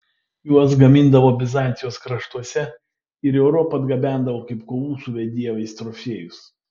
juos gamindavo bizantijos kraštuose ir į europą atgabendavo kaip kovų su bedieviais trofėjus